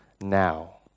now